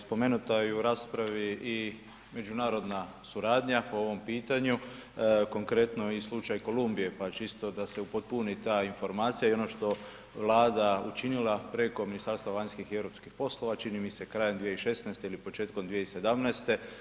Spomenuta je i u raspravi i međunarodna suradnja, po ovom pitanju, konkretno i slučaj Kolumbije, pa čisto da se upotpuni ta informacija i ono što je vlada učinila preko Ministarstva vanjskih i europskih poslova, čini mi se krajem 2016. ili početkom 2017.